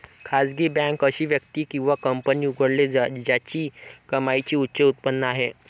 खासगी बँक अशी व्यक्ती किंवा कंपनी उघडते ज्याची कमाईची उच्च उत्पन्न आहे